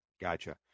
Gotcha